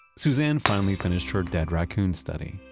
suzanne finally finished her dead raccoon study,